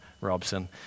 Robson